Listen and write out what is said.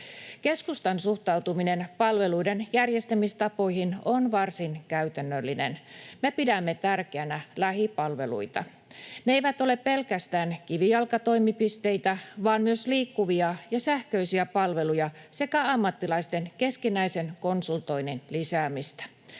Keskustan suhtautuminen palveluiden järjestämistapoihin on varsin käytännöllinen. Me pidämme tärkeänä lähipalveluita. Ne eivät ole pelkästään kivijalkatoimipisteitä vaan myös liikkuvia ja sähköisiä palveluja sekä ammattilaisten keskinäisen konsultoinnin lisäämistä.